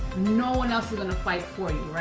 no one else is going to fight for you.